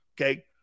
okay